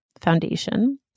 Foundation